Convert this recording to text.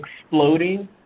exploding